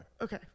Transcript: Okay